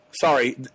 Sorry